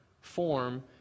form